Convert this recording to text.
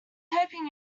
hoping